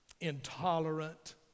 intolerant